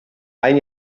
ein